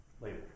Later